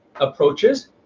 approaches